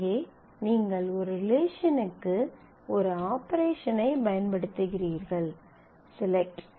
இங்கே நீங்கள் ஒரு ரிலேஷனுக்கு ஒரு ஆபரேஷன் ஐ பயன்படுத்துகிறீர்கள் செலக்ட்